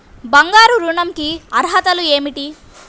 బంగారు ఋణం కి అర్హతలు ఏమిటీ?